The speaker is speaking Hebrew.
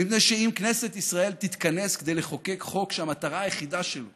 מפני שאם כנסת ישראל תתכנס כדי לחוקק חוק שהמטרה היחידה שלו